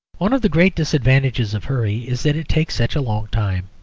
one of the great disadvantages of hurry is that it takes such a long time.